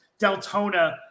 Deltona